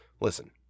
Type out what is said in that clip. listen